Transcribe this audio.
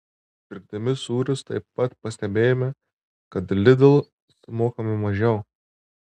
pirkdami sūrius taip pat pastebėjome kad lidl sumokame mažiau